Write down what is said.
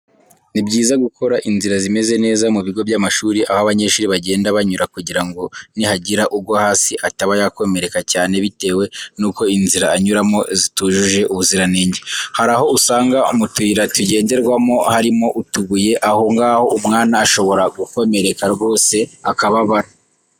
Ni byiza gukora inzira zimeze neza mu bigo by'amashuri aho abanyeshuri bagenda banyura kugira ngo ni hagira ugwa hasi ataba yakomereka cyane bitewe n'uko inzira anyuramo zitujuje ubuziranenge. Hari aho usanga mu tuyira tugenderwamo harimo utubuye, aho ngaho umwana ashobora gukomereka rwose akababara.